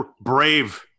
Brave